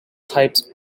types